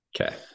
Okay